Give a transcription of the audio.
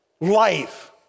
life